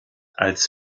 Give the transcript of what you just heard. als